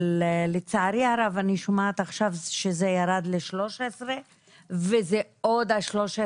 אך לצערי הרב אני שומעת עכשיו שזה ירד ל-13 וזה המקסימום,